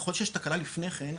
ככל שיש תקלה לפני כן,